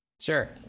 Sure